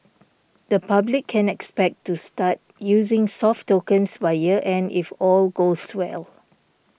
the public can expect to start using soft tokens by year end if all goes well